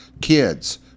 kids